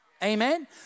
Amen